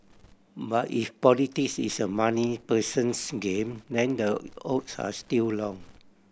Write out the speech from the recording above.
but if politics is a money person's game then the odds are still long